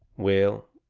well,